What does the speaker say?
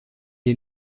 est